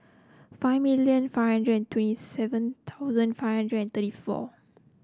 five million five hundred and twenty seven thousand five hundred and thirty four